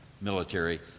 military